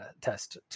test